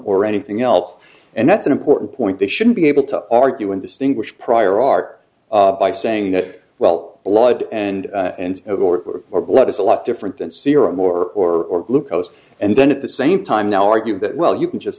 or anything else and that's an important point they shouldn't be able to argue in distinguish prior art by saying that well a lot and or more blood is a lot different than serum or glucose and then at the same time now argue that well you can just